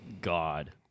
god